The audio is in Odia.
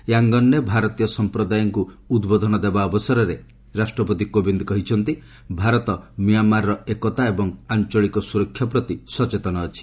ୟାଙ୍ଗନରେ ଭାରତୀୟ ସମ୍ପ୍ରଦାୟଙ୍କୁ ଉଦ୍ବୋଧନ ଦେବା ଅବସରରେ ରାଷ୍ଟ୍ରପତି କୋବିନ୍ଦ କହିଛନ୍ତି ଭାରତ ମିଆଁମାରର ଏକତା ଏବଂ ଆଞ୍ଚଳିକ ସୁରକ୍ଷା ପ୍ରତି ସଚେତନ ଅଛି